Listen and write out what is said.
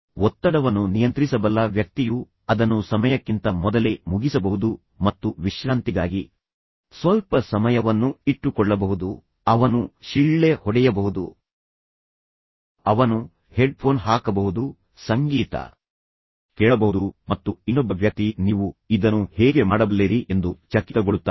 ಒತ್ತಡವನ್ನು ನಿಯಂತ್ರಿಸಬಲ್ಲ ವ್ಯಕ್ತಿಯು ಅದನ್ನು ಸಮಯಕ್ಕಿಂತ ಮೊದಲೇ ಮುಗಿಸಬಹುದು ಮತ್ತು ವಿಶ್ರಾಂತಿಗಾಗಿ ಸ್ವಲ್ಪ ಸಮಯವನ್ನು ಇಟ್ಟುಕೊಳ್ಳಬಹುದು ಅವನು ಶಿಳ್ಳೆ ಹೊಡೆಯಬಹುದು ಅವನು ಹೆಡ್ಫೋನ್ ಹಾಕಬಹುದು ಸಂಗೀತ ಕೇಳಬಹುದು ಮತ್ತು ಇನ್ನೊಬ್ಬ ವ್ಯಕ್ತಿ ನೀವು ಇದನ್ನು ಹೇಗೆ ಮಾಡಬಲ್ಲಿರಿ ಎಂದು ಚಕಿತಗೊಳ್ಳುತ್ತಾನೆ